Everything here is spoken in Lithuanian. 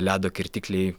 ledo kirtikliai